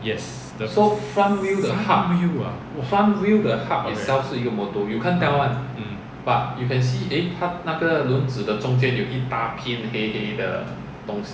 yes the front wheel ah !wah! okay mm